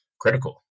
critical